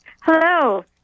Hello